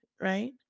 right